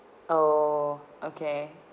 oh okay